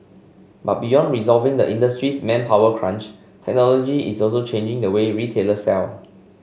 but beyond resolving the industry's manpower crunch technology is also changing the way retailer sell